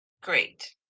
great